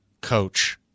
coach